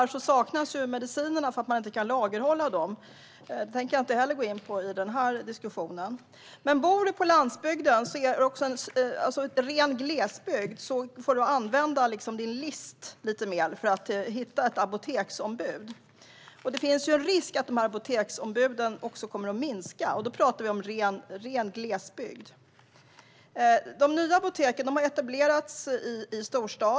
Ibland saknas tyvärr medicinerna eftersom apoteken inte kan lagerhålla dem, men det tänker jag inte heller gå in på i denna diskussion. Bor du på landsbygden, alltså i ren glesbygd, får du dock använda din list för att hitta ett apoteksombud, och det finns en risk att antalet apoteksombud också kommer att minska. Jag talar då om ren glesbygd. De nya apoteken har etablerats i storstad.